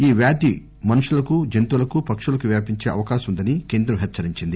ఈ వ్యాధి మనుషులకు జంతువులకు పక్షులకు వ్యాపించే అవకాశం ఉందని కేంద్రం హెచ్చరించింది